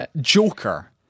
Joker